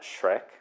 Shrek